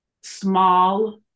small